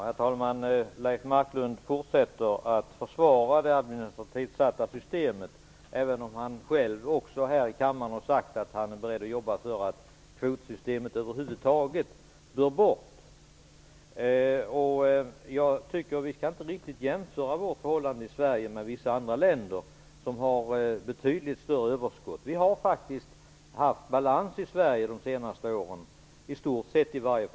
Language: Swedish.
Herr talman! Leif Marklund fortsätter att försvara det administrativa systemet, även om han själv här i kammaren har sagt att han är beredd att arbeta för att kvotsystemet över huvud taget bör tas bort. Jag anser inte att vi kan jämföra förhållandena i Sverige med förhållandena i vissa andra länder som har betydligt större överskott. Vi har faktiskt i stort sett haft balans i Sverige under de senaste åren.